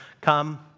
come